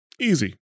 Easy